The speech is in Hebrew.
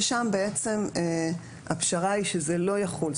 ושם בעצם הפשרה היא שזה לא יחול.